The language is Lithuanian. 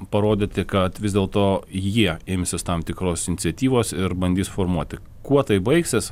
parodyti kad vis dėlto jie imsis tam tikros iniciatyvos ir bandys formuoti kuo tai baigsis